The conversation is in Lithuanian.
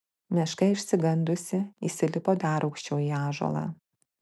meška išsigandusi įsilipo dar aukščiau į ąžuolą